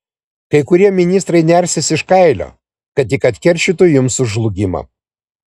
kai kurie ministrai nersis iš kailio kad tik atkeršytų jums už žlugimą